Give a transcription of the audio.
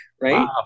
Right